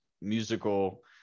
musical